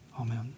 Amen